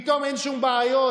פתאום אין שום בעיות,